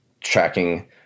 tracking